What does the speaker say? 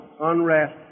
unrest